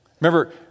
Remember